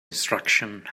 instructions